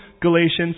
Galatians